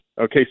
Okay